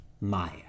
Maya